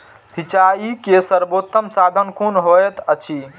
सिंचाई के सर्वोत्तम साधन कुन होएत अछि?